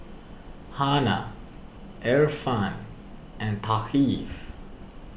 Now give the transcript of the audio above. Hana Irfan and Thaqif